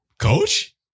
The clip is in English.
Coach